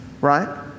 right